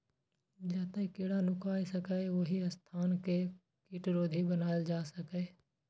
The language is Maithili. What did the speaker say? जतय कीड़ा नुकाय सकैए, ओहि स्थान कें कीटरोधी बनाएल जा सकैए